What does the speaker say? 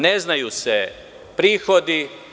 Ne znaju se prihodi.